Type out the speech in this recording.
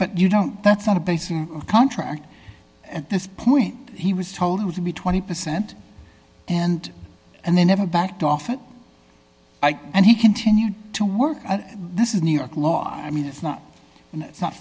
but you don't that's not a basing contract at this point he was told to be twenty percent and and they never backed off it and he continue to work and this is new york law i mean it's not it's not